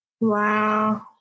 Wow